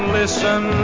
listen